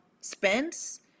Spence